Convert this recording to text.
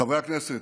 חברי הכנסת,